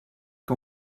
que